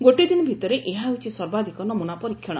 ଗୋଟିଏ ଦିନ ଭିତରେ ଏହା ହେଉଛି ସର୍ବାଧିକ ନମ୍ରନା ପରୀକ୍ଷଣ